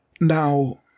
Now